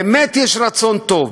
באמת יש רצון טוב,